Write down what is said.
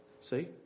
See